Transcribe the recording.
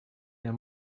der